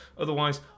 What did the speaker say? otherwise